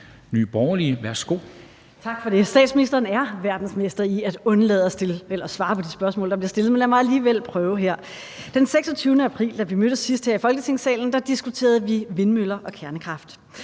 Vermund (NB): Tak for det. Statsministeren er verdensmester i at undlade at svare på de spørgsmål, der bliver stillet, men lad mig alligevel prøve. Den 26. april, da vi sidst mødtes her i Folketingssalen, diskuterede vi vindmøller og kernekraft.